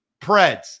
Preds